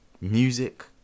music